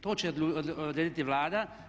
To će odrediti Vlada.